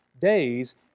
days